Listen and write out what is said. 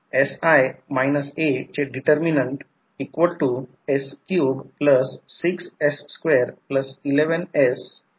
तर या प्रकरणात मला हे स्पष्ट करू द्या की V1 आणि E1 यामधील बॅलन्स गेला आहे कारण ते लोड केले आहे सेकंडरी साईडला लोड केले आहे आणि V1 जर सर्किटमध्ये पाहिले तर प्रथम मला येथे स्पष्ट करू द्या